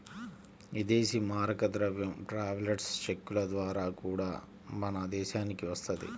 ఇదేశీ మారక ద్రవ్యం ట్రావెలర్స్ చెక్కుల ద్వారా గూడా మన దేశానికి వత్తది